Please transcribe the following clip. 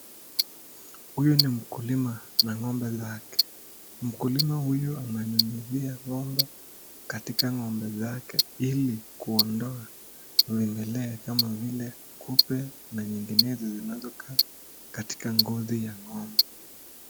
Huyu ni mkulima na ng'ombe lake. Mkulima huyu ananyunyizia ng'ombe katika ng'ombe zake ili kuondoa vimelea kama vile kupe na nyinginezo zinazokaa katika ngozi ya ng'ombe.